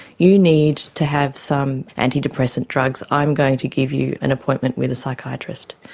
you need to have some antidepressant drugs, i'm going to give you an appointment with a psychiatrist.